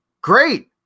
great